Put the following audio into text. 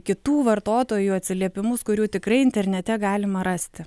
kitų vartotojų atsiliepimus kurių tikrai internete galima rasti